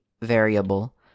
variable